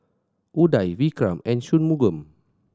Udai Vikram and Shunmugam